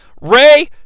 Ray